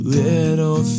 little